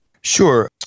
Sure